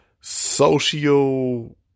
social